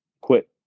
quit